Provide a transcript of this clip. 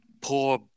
poor